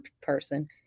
person